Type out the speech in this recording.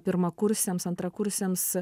pirmakursiams antrakursiams